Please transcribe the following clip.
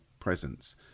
presence